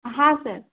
हाँ सर